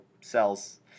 cells